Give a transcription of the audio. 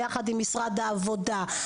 ביחד עם משרד העבודה על מנת למנוע את המחדל הזה.